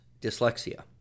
dyslexia